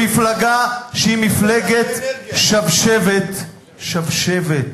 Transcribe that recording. למפלגה שהיא מפלגת שבשבת, שבשבת.